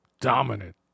dominant